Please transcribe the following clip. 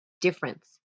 Difference